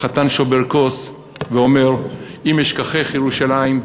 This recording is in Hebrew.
החתן שובר כוס ואומר: "אם אשכח ירושלים,